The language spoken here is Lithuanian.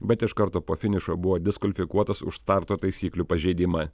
bet iš karto po finišo buvo diskvalifikuotas už starto taisyklių pažeidimą